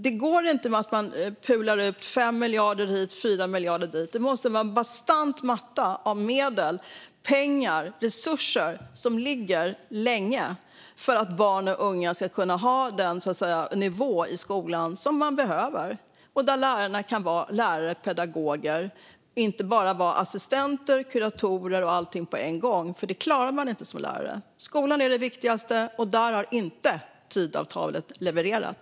Det går inte med 5 miljarder hit eller 4 miljarder dit, utan det måste vara en bastant matta av medel, pengar och resurser som ligger länge för att barn och unga ska kunna ha den nivå i skolan som de behöver, där lärarna kan vara lärare och pedagoger och inte bara assistenter, kuratorer och allt på en gång. Detta klarar man inte som lärare. Skolan är det viktigaste, och där har Tidöavtalet inte levererat.